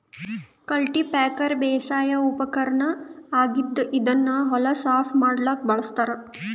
cultipacker ಬೇಸಾಯದ್ ಉಪಕರ್ಣ್ ಆಗಿದ್ದ್ ಇದನ್ನ್ ಹೊಲ ಸಾಫ್ ಮಾಡಕ್ಕ್ ಬಳಸ್ತಾರ್